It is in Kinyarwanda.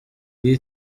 gihe